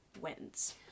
wins